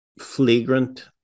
flagrant